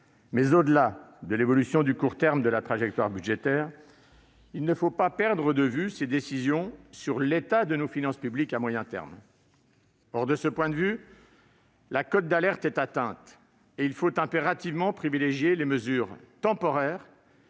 Mais au-delà de l'évolution de court terme de la trajectoire budgétaire, il ne faut pas perdre de vue l'impact qu'auront ces décisions sur l'état de nos finances publiques à moyen terme. Or, de ce point de vue, la cote d'alerte est atteinte et il faut impérativement privilégier les mesures temporaires,